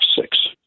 six